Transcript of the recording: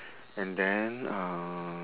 and then um